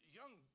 young